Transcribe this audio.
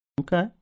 Okay